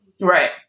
Right